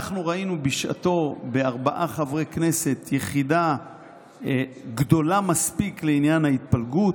אנחנו ראינו בשעתו בארבעה חברי כנסת יחידה גדולה מספיק לעניין ההתפלגות,